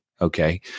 Okay